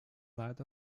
night